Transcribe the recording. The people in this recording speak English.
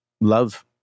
love